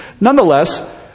Nonetheless